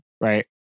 right